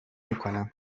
میکنم